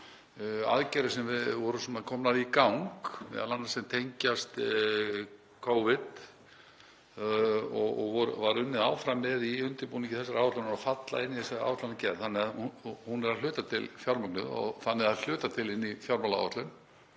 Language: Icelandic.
aðgerðir sem voru komnar í gang, m.a. sem tengjast Covid, og var unnið áfram með í undirbúningi þessarar áætlunar og falla inn í þessa áætlanagerð þannig að hún er að hluta til fjármögnuð og þannig að hluta í fjármálaáætlun,